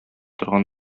торган